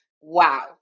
wow